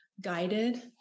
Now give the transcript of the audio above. guided